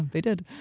they did.